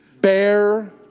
bear